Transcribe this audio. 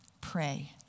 Pray